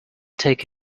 take